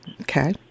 Okay